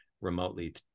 remotely